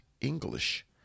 English